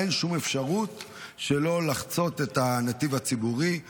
אין שום אפשרות שלא לחצות את הנתיב הציבורי.